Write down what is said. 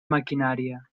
maquinària